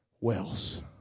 wells